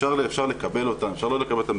אפשר לקבל או לא לקבל אותן,